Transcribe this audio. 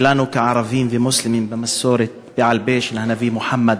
שלנו כערבים ומוסלמים המסורת בעל-פי של הנביא מוחמד,